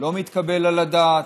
לא מתקבל על הדעת.